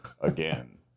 again